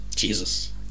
Jesus